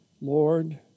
Lord